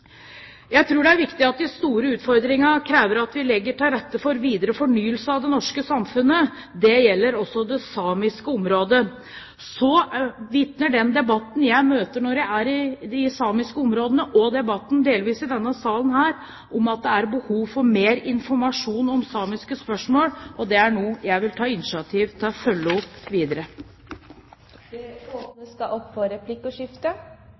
Jeg tror det er viktig å være klar over at de store utfordringene krever at vi legger til rette for videre fornyelse av det norske samfunnet. Det gjelder også de samiske områdene. Så vitner den debatten jeg møter i de samiske områdene – og delvis også debatten i denne salen – om at det er behov for mer informasjon om samiske spørsmål, og det er noe jeg vil ta initiativ til å følge opp videre. Det åpnes da opp for replikkordskifte.